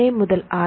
ஏ முதல் ஆர்